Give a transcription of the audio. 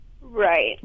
Right